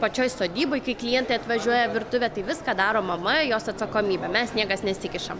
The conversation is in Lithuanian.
pačioj sodyboj kai klientai atvažiuoja virtuvę tai viską daro mama jos atsakomybė mes niekas nesikišam